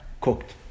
cooked